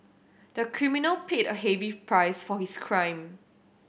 the criminal paid a heavy price for his crime